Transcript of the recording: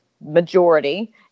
majority